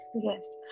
yes